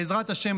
בעזרת השם,